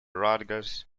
rutgers